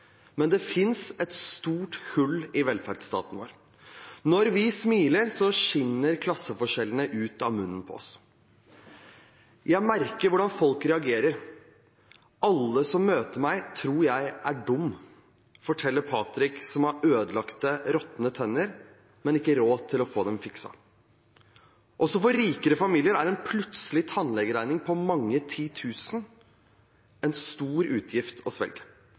Men det finnes et stort hull i velferdsstaten vår. Når vi smiler, skinner klasseforskjellene ut av munnen på oss. – Jeg merker hvordan folk reagerer, alle som møter meg, tror jeg er dum, forteller Patrick, som har ødelagte, råtne tenner, men ikke råd til å få dem fikset. Også for rikere familier er en plutselig tannlegeregning på mange titusener en stor utgift å svelge.